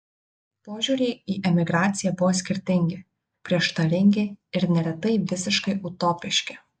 požiūriai į emigraciją buvo skirtingi prieštaringi ir neretai visiškai utopiški